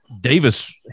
Davis